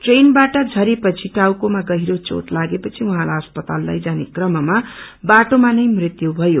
ट्रेनवाट झरेपछि टाउकोमा गहिरो चोट लागेपछि उहाँलाई अस्पताल लैजाने क्रममा बाटोमानै मृत्यु भयो